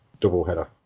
doubleheader